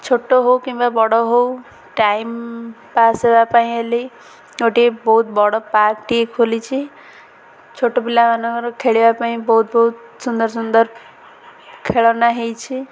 ଛୋଟ ହଉ କିମ୍ବା ବଡ଼ ହଉ ଟାଇମ୍ ପାସ୍ ହେବା ପାଇଁ ହେଲେ ଗୋଟିଏ ବହୁତ ବଡ଼ ପାର୍କଟିଏ ଖୋଲିଛି ଛୋଟ ପିଲାମାନଙ୍କର ଖେଳିବା ପାଇଁ ବହୁତ ବହୁତ ସୁନ୍ଦର ସୁନ୍ଦର ଖେଳନା ହେଇଛି